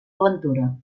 aventura